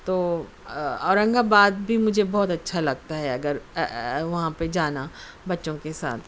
تو اورنگ آباد بھی مجھے بہت اچھا لگتا ہے اگر وہاں پہ جانا بچوں کے ساتھ